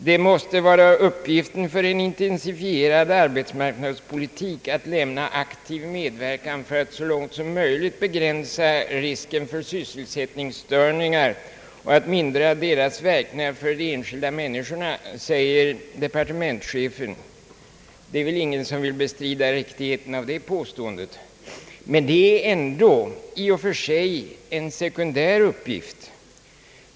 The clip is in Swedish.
»Det måste vara uppgiften för en intensifierad arbetspolitik att lämna aktiv medverkan för att så långt som möjligt begränsa risken för sysselsättningsstörningar och lindra deras verkningar för de enskilda människorna», säger departementschefen. Det är väl ingen som vill bestrida riktigheten av det påståendet. Men det är ändå i och för sig en sekundär uppgift.